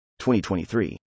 2023